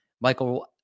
Michael